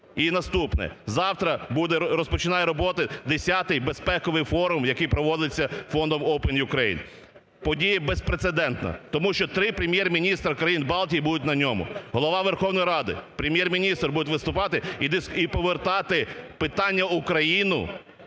І наступне. Завтра буде… розпочинає роботу 10-й безпековий форум, який проводиться Фондом "Open Ukraine". Подія безпрецедентна, тому що три прем'єр-міністри країн Балтії будуть на ньому, Голова Верховної Ради, Прем'єр-міністр будуть виступати і повертати питання Україну